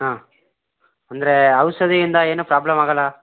ಹಾಂ ಅಂದರೆ ಔಷಧಿಯಿಂದ ಏನೂ ಪ್ರಾಬ್ಲಮ್ ಆಗಲ್ಲ